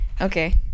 Okay